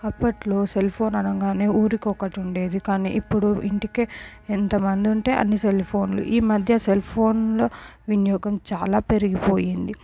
అప్పట్లో cell phone అనగానే ఊరికొకటుండేది కానీ ఇప్పుడు ఇంటికే ఎంతమందుంటే అన్ని సెల్ ఫోన్లు ఈమధ్య సెల్ ఫోన్ల వినియోగం చాలా పెరిగిపోయింది